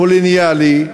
קולוניאלי,